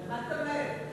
במליאה זה לא מתקיים אף פעם.